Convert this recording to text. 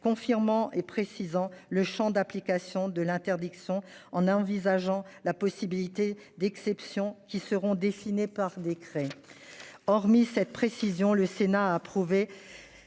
confirmant et précisant le Champ d'application de l'interdiction en envisageant la possibilité d'exception qui seront dessinés par décret. Hormis cette précision, le Sénat a approuvé.